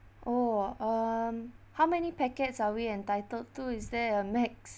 oh um how many packets are we entitled to is there a max